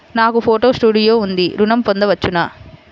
నాకు photo studio ఉంది ఋణం పొంద వచ్చునా?